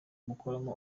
bakoramo